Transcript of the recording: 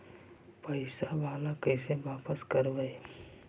पैसा बाला कैसे बापस करबय?